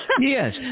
Yes